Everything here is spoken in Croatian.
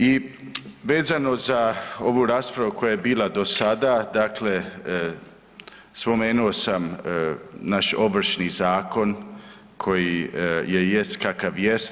I vezano za ovu raspravu koja je bila do sada, dakle spomenuo sam naš Ovršni zakon koji jest kakav jest.